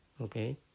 okay